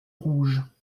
rouge